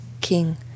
King